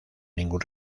ningún